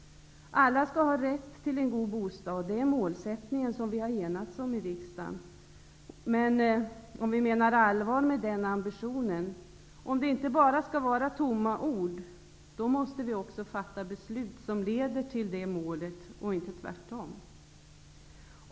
Alla skall ha rätt till en god bostad. Det är målsättningen som vi har enats om i riksdagen. Men om vi menar allvar med den ambitionen, om det inte bara skall vara tomma ord, måste vi också fatta beslut som leder till det målet och inte tvärtom.